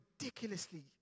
ridiculously